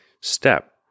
step